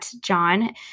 John